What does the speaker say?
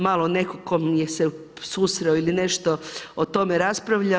Malo netko tko se susreo ili nešto o tome raspravlja.